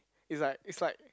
is like is like